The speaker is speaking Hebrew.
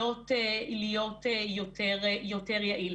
להיות יותר יעיל.